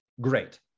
great